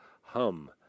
Hum